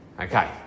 okay